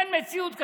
אין מציאות כזאת.